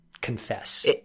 confess